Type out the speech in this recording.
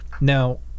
Now